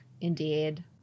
Indeed